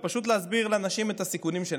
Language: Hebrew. ופשוט להסביר לנשים את הסיכונים.